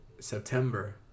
September